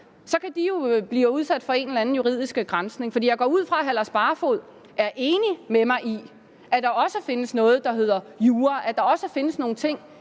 Så kan de jo blive udsat for en eller anden juridisk granskning. For jeg går ud fra, at hr. Lars Barfoed er enig med mig i, at der også findes noget, der hedder jura, og at der også findes nogle ting